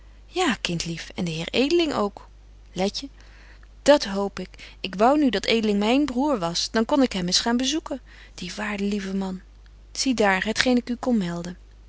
ja kind lief en de heer edeling ook letje dat hoop ik ik wou nu dat edeling myn broêr was dan kon ik hem eens gaan bezoeken die waarde lieve man zie daar het geen ik u kon melden